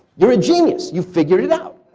you're a genius. you've figure it out.